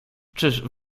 czyż